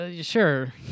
sure